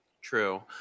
True